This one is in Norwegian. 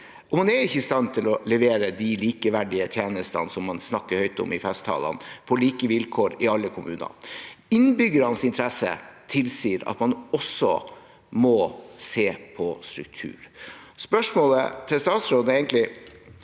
man er ikke i stand til å levere tjenestene som man snakker høyt om i festtalene, på like vilkår i alle kommuner. Innbyggernes interesser tilsier at man også må se på strukturen. Spørsmålet til statsråden er egentlig: